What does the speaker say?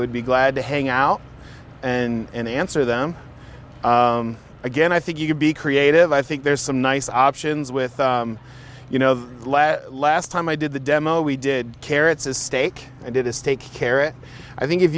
would be glad to hang out and answer them again i think you could be creative i think there's some nice options with you know last time i did the demo we did carrots a steak i did a steak carrot i think if